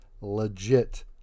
legit